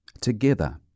together